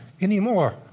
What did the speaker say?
anymore